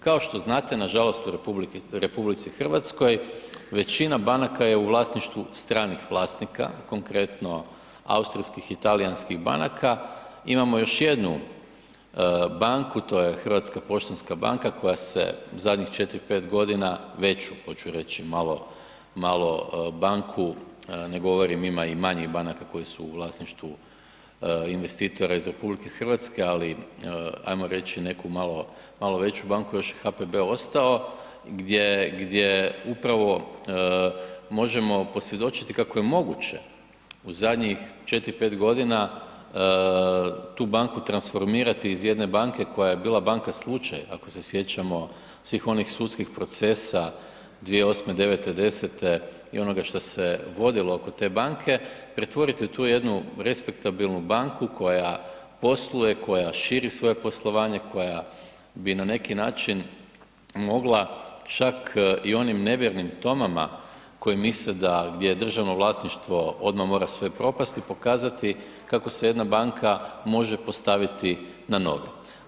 Kao što znate, nažalost u RH većina banaka je u vlasništvu stranih vlasnika, konkretno austrijskih i talijanskih banaka imamo još jednu banku to je HPB koja se zadnjih 4,5 godina, veću hoću reći malo banku, ne govorim ima i manjih banaka koje su u vlasništvu investitora iz RH, ali ajmo reći neku malo veću banku još je HPB ostao, gdje upravo možemo posvjedočiti kako je moguće u zadnjih 4,5 godina tu banku transformirati iz jedne banke koja je bila banka slučaj ako se sjećamo svih onih sudskih procesa 2008., '09., '10. i onoga šta se vodilo oko te banke pretvorite u tu jednu respektabilnu banku koja posluje, koja širi svoje poslovanje, koja bi na neki način mogla čak i onim nevjernim Tomama koji misle da gdje je državno vlasništvo odmah mora sve propasti, pokazati kako se jedna banka može postaviti na noge.